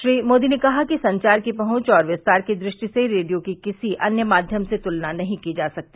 श्री मोदी ने कहा कि संचार की पहंच और किस्तार की दृष्टि से रेडियो की किसी अन्य माध्यम से तुलना नहीं की जा सकती